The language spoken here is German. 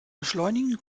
beschleunigen